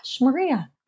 Maria